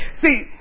See